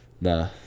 Nah